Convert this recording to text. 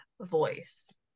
voice